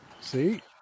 See